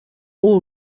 all